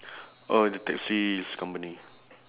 oh the taxis company